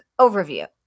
Overview